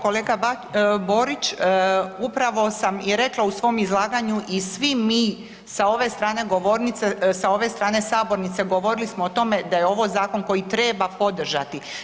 Kolega Borić, upravo sam i rekla u svom izlaganju i svi mi sa ove strane govornice, sa ove strane sabornice, govorili smo o tome da je ovo zakon koji treba podržati.